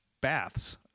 baths